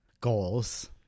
Goals